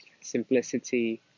simplicity